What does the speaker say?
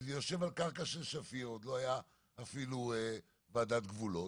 שזה יושב על קרקע של --- עוד לא הייתה אפילו ועדת גבולות,